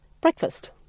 breakfast